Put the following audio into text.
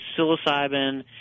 psilocybin